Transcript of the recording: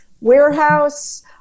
warehouse